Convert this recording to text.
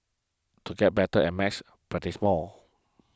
to get better at maths practise more